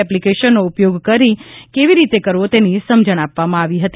એપ્લીકેશનનો ઉપયોગ કઇ રીતે કરવો તેની સમજણ આપવામાં આવી હતી